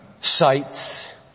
sites